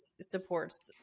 supports